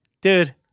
Dude